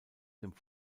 dem